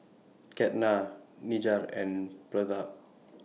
Ketna Niraj and Pratap